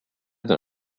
dans